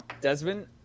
Desmond